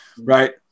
Right